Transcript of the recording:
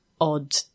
odd